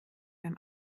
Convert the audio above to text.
beim